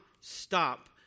stop